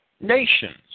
nations